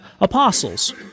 apostles